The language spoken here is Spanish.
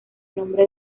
nombre